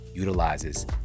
utilizes